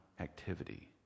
activity